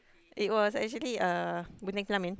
it was actually a bunting pelamin